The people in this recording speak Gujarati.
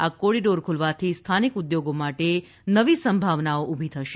આ કોરીડોર ખુલવાથી સ્થાનિક ઉદ્યોગો માટે નવી સંભાવનાઓ ઉભી થશે